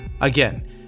Again